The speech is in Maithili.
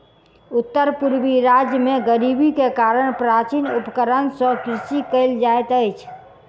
उत्तर पूर्वी राज्य में गरीबी के कारण प्राचीन उपकरण सॅ कृषि कयल जाइत अछि